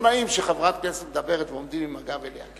לא נעים שחברת כנסת מדברת ועומדים עם הגב אליה.